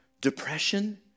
depression